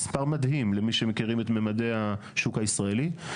מספר מדהים למי משכירים את ממדי השוק הישראלי.